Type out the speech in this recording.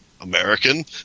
American